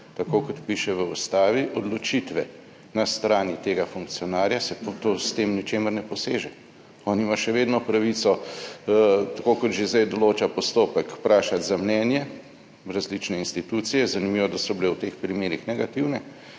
tako kot piše v Ustavi, odločitve na strani tega funkcionarja se pa s tem v ničemer ne poseže, on ima še vedno pravico, tako kot že zdaj določa postopek, vprašati za mnenje različne institucije. Zanimivo, da so bile v teh primerih negativne,